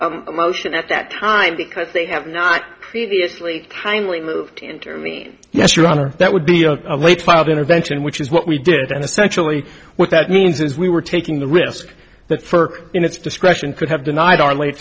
a motion at that time because they have not previously kindly moved to enter me yes your honor that would be a late filed intervention which is what we did and essentially what that means is we were taking the risk that for in its discretion could have denied or late